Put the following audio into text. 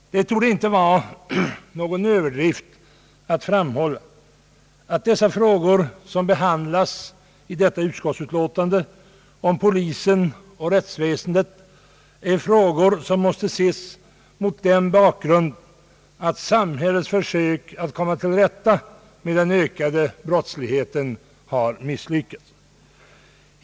Det torde inte vara någon överdrift att påstå att detta utskottsutlåtande om polisen och rättsväsendet rör frågor som måste ses mot bakgrund av att samhällets försök att komma till rätta med den ökade brottsligheten har misslyckats.